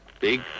Big